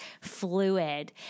fluid